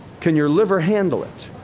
can your liver handle it?